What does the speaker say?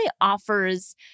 offers